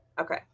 okay